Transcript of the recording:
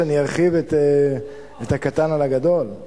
שאני ארחיב את הקטן על הגדול?